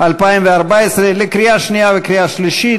התשע"ד 2014, קריאה שנייה וקריאה שלישית.